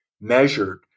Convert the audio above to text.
measured